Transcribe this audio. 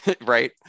Right